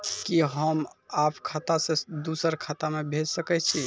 कि होम आप खाता सं दूसर खाता मे भेज सकै छी?